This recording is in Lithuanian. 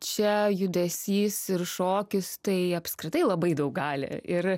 čia judesys ir šokis tai apskritai labai daug gali ir